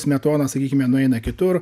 smetona sakykime nueina kitur